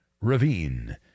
Ravine